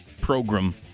program